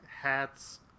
hats